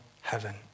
heaven